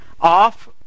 off